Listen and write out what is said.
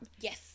yes